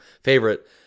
favorite